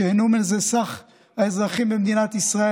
וייהנו מזה כלל האזרחים במדינת ישראל.